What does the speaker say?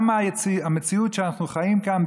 גם המציאות שאנחנו חיים בה כאן,